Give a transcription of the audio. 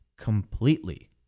completely